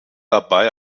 dabei